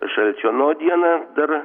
šalčio na o dieną dar